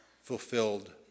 fulfilled